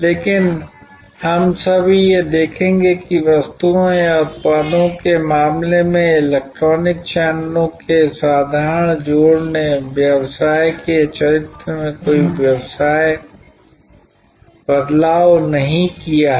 लेकिन हम अभी यह देखेंगे कि वस्तुओं या उत्पादों के मामले में इलेक्ट्रॉनिक चैनलों के साधारण जोड़ ने व्यवसाय के चरित्र में कोई बदलाव नहीं किया है